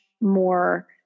more